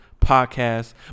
Podcast